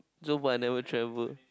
so far I never travel